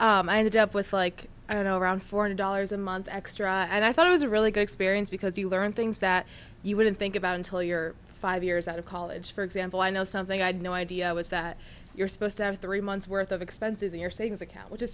and i ended up with like i don't know around forty dollars a month extra and i thought it was a really good experience because you learn things that you wouldn't think about until you're five years out of college for example i know something i had no idea i was that you're supposed to have three months worth of expenses in your savings account which is